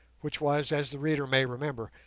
which was, as the reader may remember,